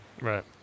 Right